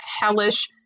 hellish